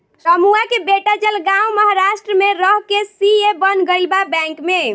रमुआ के बेटा जलगांव महाराष्ट्र में रह के सी.ए बन गईल बा बैंक में